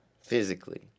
physically